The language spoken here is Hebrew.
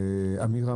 אורי